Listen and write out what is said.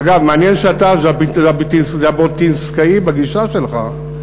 אגב, מעניין שאתה ז'בוטינסקאי בגישה שלך,